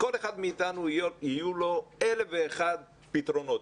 כל אחד מאיתנו יהיו לו אלף ואחד פתרונות.